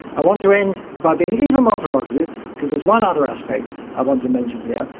i want to end by being even more provocative because there's one other aspect i want to mention here.